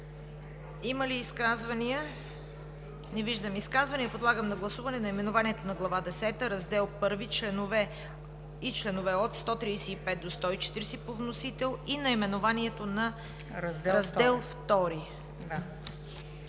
Има ли изказвания? Не виждам изказвания. Подлагам на гласуване наименованието на Глава десета, Раздел I и членове от 135 до 140 по вносителя и наименованието на Раздел II.